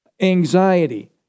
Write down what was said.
anxiety